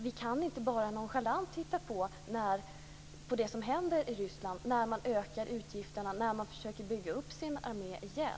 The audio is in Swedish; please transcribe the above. Vi kan inte bara nonchalant titta på det som händer i Ryssland när man ökar utgifterna och försöker bygga upp sin armé igen.